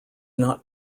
not